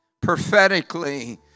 prophetically